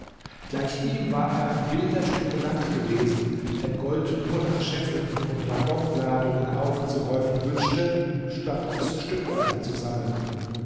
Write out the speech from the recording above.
gleich ihm war er ein wilder spekulant gewesen der gold nur nach scheffeln und waggonladungen aufzuhäufen wünschte statt es stückweise zu sammeln